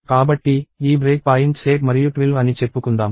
కాబట్టి ఈ break points 8 మరియు 12 అని చెప్పుకుందాం